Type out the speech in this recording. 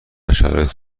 شرایط